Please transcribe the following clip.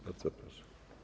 Bardzo proszę.